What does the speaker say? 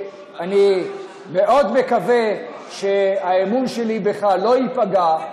אני מאוד מקווה שהאמון שלי בך לא ייפגע,